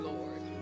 Lord